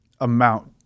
amount